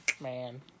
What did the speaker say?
man